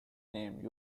name